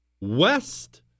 West